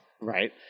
Right